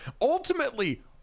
ultimately